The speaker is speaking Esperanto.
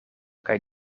kaj